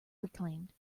reclaimed